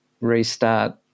restart